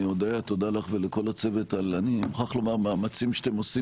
ותודה לך הודיה ולכל הצוות על המאמצים שאתם עושים